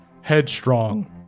headstrong